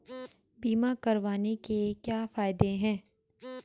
बीमा करवाने के क्या फायदे हैं?